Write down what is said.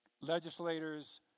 legislators